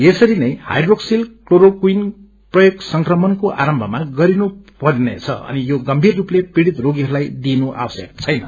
रीनै hydroxyl क्लोरोक्वीनको प्रयोग संक्रमणको आरम्भमा गरिनुपर्नेछ अनि यो गभीर रूपले पीढ़ित रोगीहरूलाई दिइनु आवश्यक छैन